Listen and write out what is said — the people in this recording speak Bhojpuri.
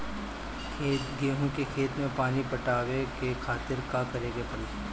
गेहूँ के खेत मे पानी पटावे के खातीर का करे के परी?